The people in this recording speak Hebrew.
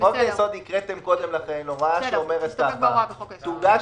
בחוק היסוד הקראתם קודם לכן הוראה שאומרת כך: תוגש